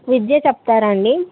విధ్య చెప్తారా అండి